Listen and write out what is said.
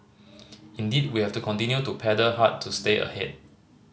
indeed we have to continue to paddle hard to stay ahead